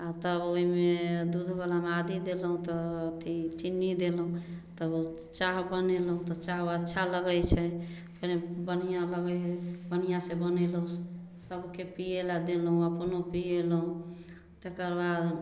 आओर तब ओहिमे दूधवलामे आदी देलहुँ तऽ अथी चिन्नी देलहुँ तब ओ चाह बनेलहुँ तऽ चाह अच्छा लगै छै कनि बढ़िआँ लगै हइ बढ़िआँसँ बनेलहुँ सभके पिएलै देलहुँ अपनो पिएलहुँ तकर बाद